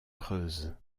creuse